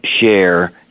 share